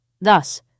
Thus